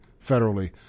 federally